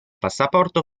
passaporto